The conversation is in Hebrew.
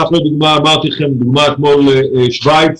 לדוגמה שוויץ,